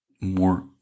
more